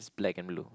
black and blue